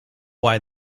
why